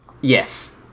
Yes